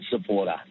supporter